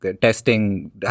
testing